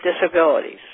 disabilities